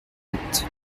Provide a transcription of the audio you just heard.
huit